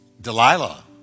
Delilah